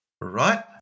Right